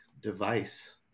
device